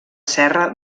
serra